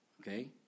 okay